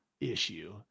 issue